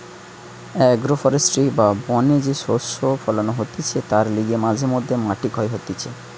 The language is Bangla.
আগ্রো ফরেষ্ট্রী বা বনে যে শস্য ফোলানো হতিছে তার লিগে মাঝে মধ্যে মাটি ক্ষয় হতিছে